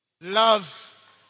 Love